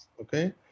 Okay